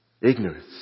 Ignorance